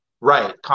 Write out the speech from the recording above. Right